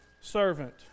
servant